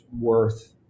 worth